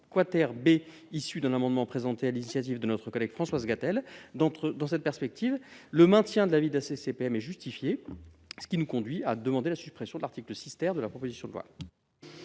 6 B, issu d'un amendement déposé sur l'initiative de notre collègue Françoise Gatel. Dans cette perspective, le maintien de l'avis de la CCPM est justifié, ce qui nous amène à demander la suppression de l'article 6 . Quel est l'avis de la